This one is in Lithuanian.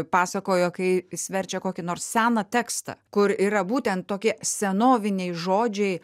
pasakojo kai jis verčia kokį nors seną tekstą kur yra būtent tokie senoviniai žodžiai